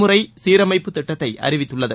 முறை சீரமைப்பு திட்டத்தை அறிவித்துள்ளது